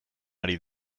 ari